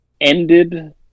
ended